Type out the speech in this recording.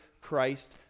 Christ